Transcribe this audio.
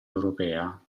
europea